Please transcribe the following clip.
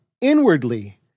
inwardly